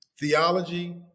theology